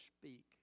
speak